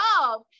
love